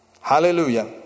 Hallelujah